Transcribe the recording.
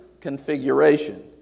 configuration